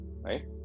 Right